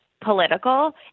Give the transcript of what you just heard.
political